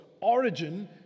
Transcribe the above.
origin